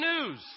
news